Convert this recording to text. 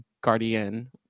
guardian